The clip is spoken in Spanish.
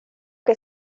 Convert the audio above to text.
que